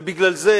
ובגלל זה